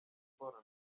sports